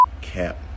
cap